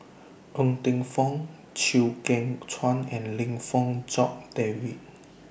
Ng Teng Fong Chew Kheng Chuan and Lim Fong Jock David